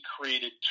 created